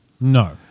No